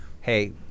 hey